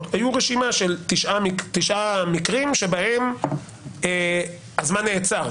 הייתה רשימה של תשעה מקרים שבהם הזמן נעצר.